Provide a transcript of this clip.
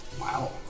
Wow